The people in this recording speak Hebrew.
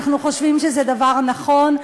אנחנו חושבים שזה דבר נכון,